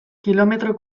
kilometro